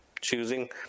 choosing